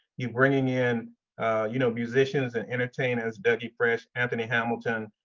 you're bringing in you know musicians and entertainers, doug e. fresh, anthony hamilton.